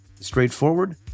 straightforward